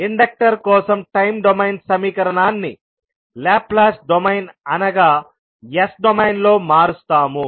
inductor కోసం time domain సమీకరణాన్ని Laplace domain అనగా S డొమైన్ లో మారుస్తాము